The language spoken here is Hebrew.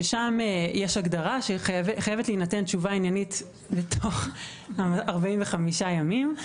שם יש הגדרה לפיה חייבת להינתן תשובה עניינית בתוך 45 ימים.